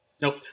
Nope